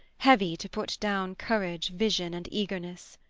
heavy to put down courage, vision and eagerness.